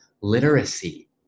literacy